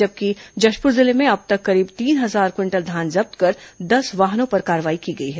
जबकि जशपुर जिले में अब तक करीब तीन हजार क्विंटल धान जब्त कर दस वाहनों पर कार्रवाई की गई है